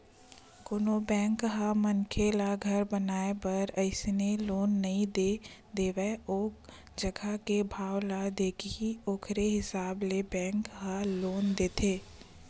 कोनो बेंक ह मनखे ल घर बनाए बर अइसने लोन नइ दे देवय ओ जघा के भाव ल देखही ओखरे हिसाब ले बेंक ह लोन देथे